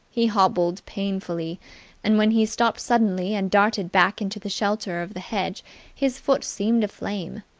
he hobbled painfully and when he stopped suddenly and darted back into the shelter of the hedge his foot seemed aflame.